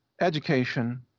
education